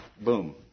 Boom